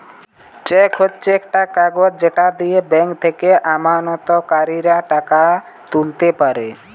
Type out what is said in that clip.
check হচ্ছে একটা কাগজ যেটা দিয়ে ব্যাংক থেকে আমানতকারীরা টাকা তুলতে পারে